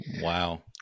Wow